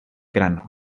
grano